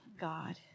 God